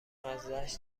مزهاش